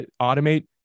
automate